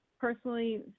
personally